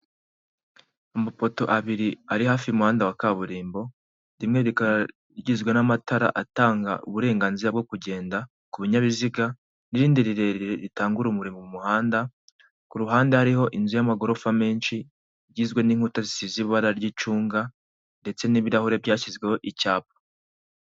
Amapoto abiri ari hafi y'umuhanda wa kaburimbo, rimwe rikaba rigizwe n'amatara atanga uburenganzira bwo kugenda ku binyabiziga n'irindi rirerire ritanga urumuri mu muhanda, ku ruhande hariho inzu y'amagorofa menshi igizwe n'inkuta zisize ibara ry'icunga ndetse n'ibirahure byashyizweho icyapa.